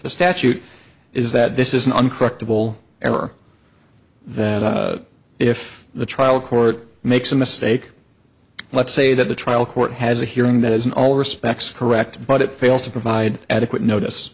the statute is that this is an incredible error that if the trial court makes a mistake let's say that the trial court has a hearing that is in all respects correct but it fails to provide adequate notice